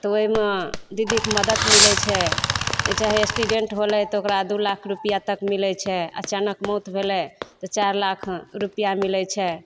तऽ ओइमे दीदीके मदति मिलय छै चाहे एस्टिडेंट होलय तऽ ओकरा दू लाख रुपैआ तक मिलय छै अचानक मौत भेलय तऽ चारि लाख रुपैआ मिलय छै